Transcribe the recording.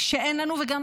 שאין לנו, וגם